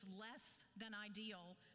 less-than-ideal